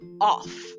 off